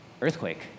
earthquake